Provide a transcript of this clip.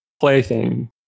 Plaything